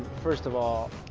first of all,